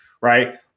Right